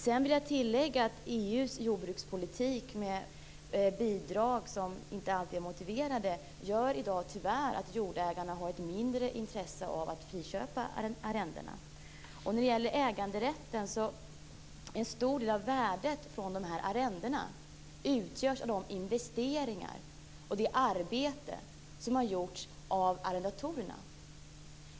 Jag vill också tillägga att EU:s jordbrukspolitik, med bidrag som inte alltid är motiverade, gör att jordägarna i dag tyvärr har ett mindre intresse av att friköpa arrendena. Vad gäller äganderätten utgörs en stor del av värdet av arrendena av de investeringar och det arbete som har gjorts av arrendatorerna.